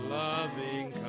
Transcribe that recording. loving